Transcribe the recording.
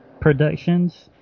productions